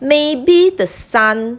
maybe the son